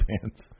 pants